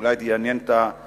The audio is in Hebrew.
ואולי זה יעניין את החברים: